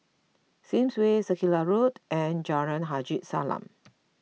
Sims Way Circular Road and Jalan Haji Salam